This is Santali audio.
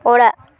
ᱚᱲᱟᱜ